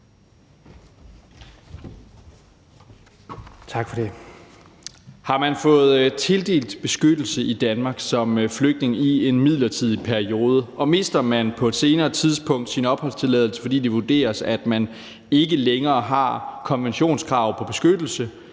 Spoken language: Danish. Har man fået tildelt beskyttelse i Danmark som flygtning i en midlertidig periode, og mister man på et senere tidspunkt sin opholdstilladelse, fordi det vurderes, at man ikke længere har konventionskrav på beskyttelse,